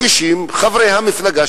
חברי המפלגה,